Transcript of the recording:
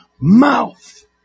mouth